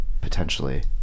Potentially